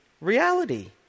reality